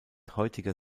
heutiger